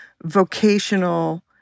vocational